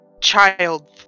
child